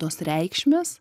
tos reikšmės